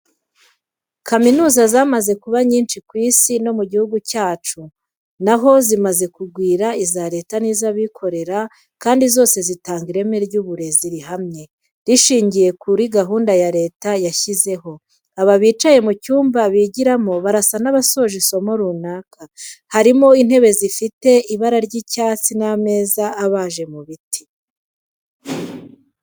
Kaminuza zamaze kuba nyinshi ku Isi no mu gihugu cyacu na ho zimaze kugwira iza Leta n'izabikorera kandi zose zitanga ireme ry'uburezi rihamye, rishingiye kuri gahunda ya Leta yashyizeho, aba bicaye mu cyumba bigiramo barasa n'abasoje isomo runaka, harimo intebe zifite ibara ry'icyatsi n'ameza abaje mu biti.